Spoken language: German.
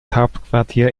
hauptquartier